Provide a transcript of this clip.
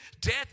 Death